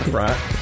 right